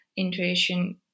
intuition